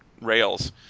rails